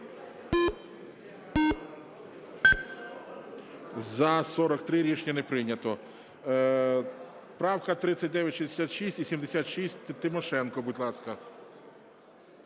За-43 Рішення не прийнято. Правка 3966 і 76 Тимошенко, будь ласка.